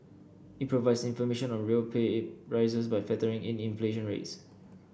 it provides information on real pay it rises by factoring in inflation rates